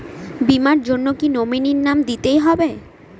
বীমার জন্য কি নমিনীর নাম দিতেই হবে?